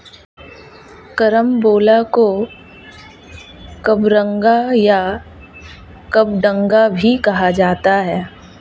carambola को कबरंगा या कबडंगा भी कहा जाता है